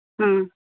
ᱦᱮᱸ